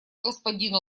господину